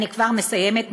אני כבר מסיימת.